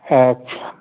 अच्छा